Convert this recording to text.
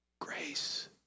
Grace